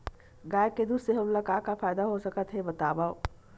गाय के दूध से हमला का का फ़ायदा हो सकत हे बतावव?